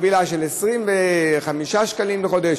חבילה של 25 שקלים לחודש,